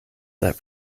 that